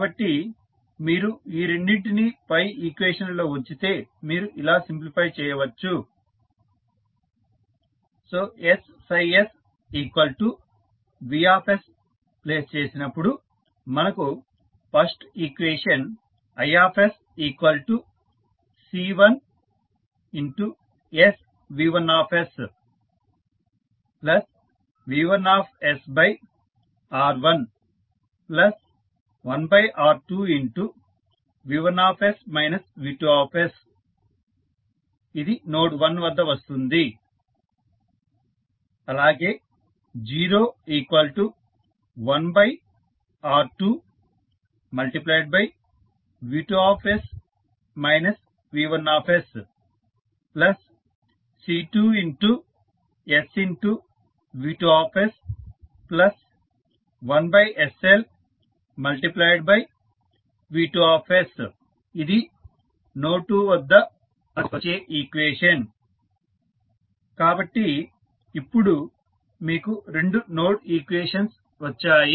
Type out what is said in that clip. కాబట్టి మీరు ఈ రెండింటినీ పై ఈక్వేషన్లలో ఉంచితే మీరు ఇలా సింప్లిఫై చేయవచ్చు IsC1sV1sV1sR11R2V1s V2sనోడ్1 01R2V2s V1sC2sV2s1sLV2నోడ్2 కాబట్టి ఇప్పుడు మీకు రెండు నోడ్ ఈక్వేషన్స్ వచ్చాయి